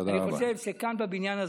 אני חושב שכאן, בבניין הזה,